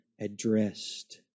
addressed